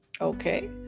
Okay